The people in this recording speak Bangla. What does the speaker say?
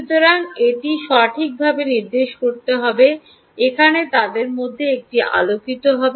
সুতরাং এটিকে সঠিকভাবে নির্দেশ করতে হবে এখানে তাদের মধ্যে একটি আলোকিত হবে